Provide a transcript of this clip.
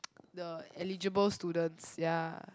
the eligible students ya